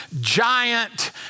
giant